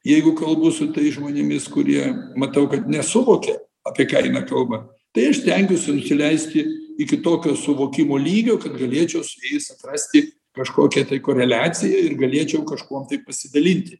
jeigu kalbu su tais žmonėmis kurie matau kad nesuvokia apie ką eina kalba tai aš stengiuosi nusileisti iki tokio suvokimo lygio kad galėčiau su jais atrasti kažkokią koreliaciją ir galėčiau kažkuom tai pasidalinti